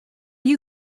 you